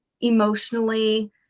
emotionally